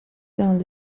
dans